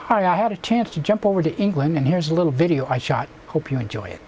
heart i had a chance to jump over to england and here's a little video i shot hope you enjoy it